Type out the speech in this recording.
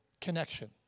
connection